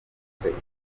essence